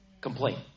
Complaint